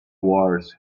wars